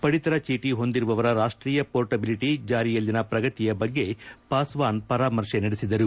ಪಡಿತರ ಚೀಟಿ ಹೊಂದಿರುವವರ ರಾಷ್ಷೀಯ ಮೋರ್ಟಬಿಲಿಟಿ ಜಾರಿಯಲ್ಲಿನ ಪ್ರಗತಿಯ ಬಗ್ಗೆ ಪಾಸ್ವಾನ್ ಪರಾಮರ್ಶೆ ನಡೆಸಿದರು